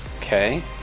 Okay